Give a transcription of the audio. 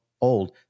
old